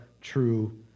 true